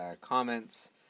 comments